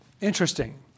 interesting